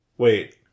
Wait